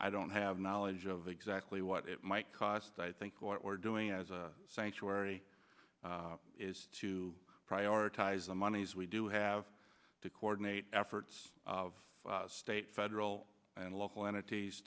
i don't have knowledge of exactly what it might cost i think what we're doing as a sanctuary is to prioritize the monies we do have to coordinate efforts of state federal and local entities